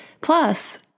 Plus